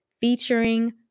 featuring